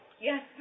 Yes